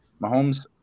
Mahomes